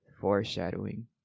Foreshadowing